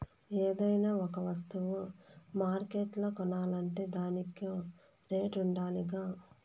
ఏదైనా ఒక వస్తువ మార్కెట్ల కొనాలంటే దానికో రేటుండాలిగా